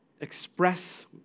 express